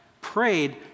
prayed